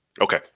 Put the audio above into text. Okay